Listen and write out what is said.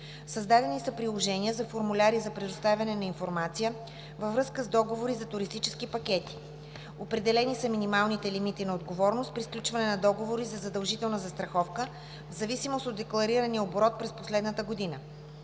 Създадени са приложения за формуляри за предоставяне на информация във връзка с договори за туристически пакети. Определени са минималните лимити на отговорност при сключване на договори за задължителна застраховка в зависимост от декларирания оборот през последната година.